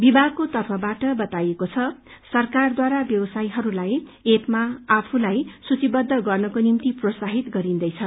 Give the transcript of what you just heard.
विभागको तर्फबाट बताइएको छ सरकारद्वारा व्यवसायीहरूलाई ऐपमा आफूलाई सूचीबद्ध गर्नको निभ्ति प्रोत्साहित गरिन्दैछ